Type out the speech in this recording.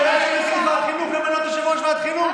שלא יאשר למנות יושב-ראש ועדת חינוך.